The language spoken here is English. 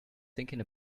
thinking